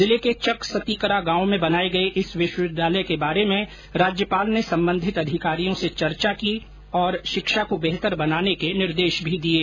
जिले के चक सतीकरा गांव में बनाये गये इस विश्वविद्यालय के बारे में राज्यपाल ने संबंधित अधिकारियों से चर्चा की और शिक्षा को बेहतर बनाने के निर्देश भी दिये